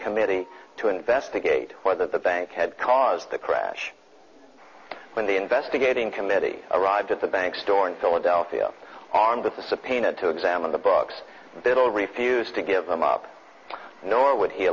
committee to investigate whether the bank had caused the crash when the investigating committee arrived at the bank's door in philadelphia armed with a subpoena to examine the books that all refused to give them up nor would he